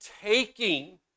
taking